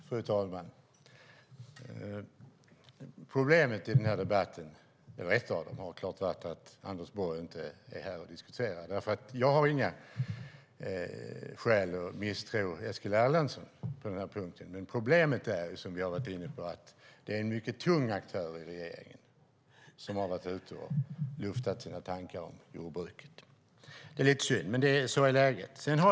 Fru talman! Ett av problemen i den här debatten har varit att Anders Borg inte är här och diskuterar. Jag har inga skäl att misstro Eskil Erlandsson. Men som vi har varit inne på är det en mycket tung aktör i regeringen som varit ute och luftat sina tankar om jordbruket. Det är lite synd, men sådant är läget.